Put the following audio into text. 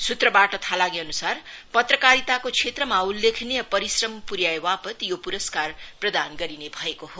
सूत्रबाट थाहा लागेअनुसार पत्रकारिताको क्षेत्रमा उल्लेखनीय परिश्रम पुर्याएवापह यो पुरस्कार प्रदान गरिने भएको हो